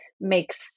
makes